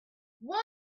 one